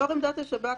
לאור עמדת השב"כ,